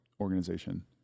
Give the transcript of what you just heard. organization